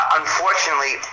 unfortunately